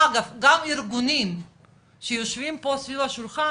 אגב, גם ארגונים שיושבים פה סביב השולחן,